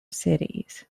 cities